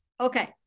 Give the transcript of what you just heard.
okay